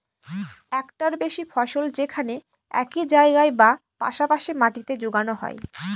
একটার বেশি ফসল যেখানে একই জায়গায় বা পাশা পাশি মাটিতে যোগানো হয়